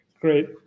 Great